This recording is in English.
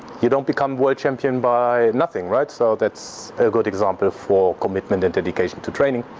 you don't become world champion by nothing right, so that's a good example for commitment and dedication to training,